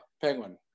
Penguin